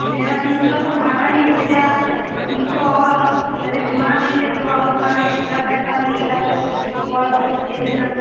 मेरा तीन सौ तो भाड़ा ही हो गया तुमको और और जगह घुमा देंगे तो और हमारा एक्स्ट्रा पैसा लगेगा तो वह आप लोग दे देना